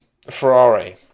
Ferrari